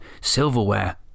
silverware